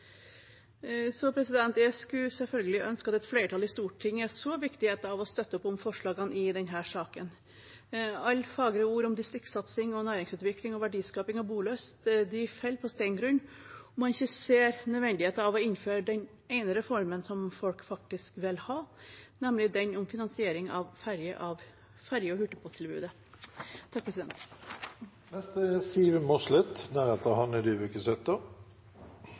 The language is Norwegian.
Jeg skulle selvfølgelig ønsket at et flertall i Stortinget så viktigheten av å støtte opp om forslagene våre i denne saken. Alle fagre ord om distriktssatsing, næringsutvikling, verdiskaping og bolyst faller på steingrunn om man ikke ser nødvendigheten av å innføre den ene reformen som folk faktisk vil ha, nemlig den om finansiering av ferje-